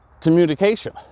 communication